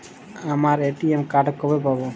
আমার ATM card কবে পাব?